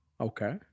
Okay